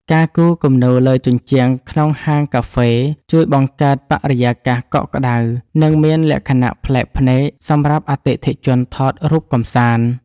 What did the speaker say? ការគូរគំនូរលើជញ្ជាំងក្នុងហាងកាហ្វេជួយបង្កើតបរិយាកាសកក់ក្ដៅ និងមានលក្ខណៈប្លែកភ្នែកសម្រាប់អតិថិជនថតរូបកម្សាន្ត។